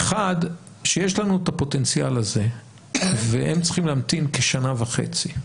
כשיש לנו את הפוטנציאל הזה והם צריכים להמתין כשנה וחצי,